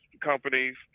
companies